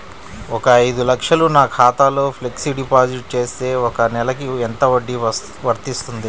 ఒక ఐదు లక్షలు నా ఖాతాలో ఫ్లెక్సీ డిపాజిట్ చేస్తే ఒక నెలకి ఎంత వడ్డీ వర్తిస్తుంది?